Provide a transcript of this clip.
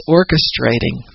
orchestrating